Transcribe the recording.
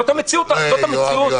זאת המציאות שרואים.